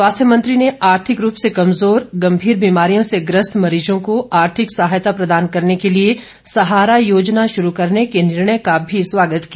स्वास्थ्य मंत्री ने आर्थिक रूप से कमजोर गम्भीर बीमारियों से ग्रस्त मरीजों को आर्थिक सहायता प्रदान करने के लिए सहारा योजना शुरू करने के निर्णय का भी स्वागत किया